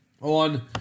on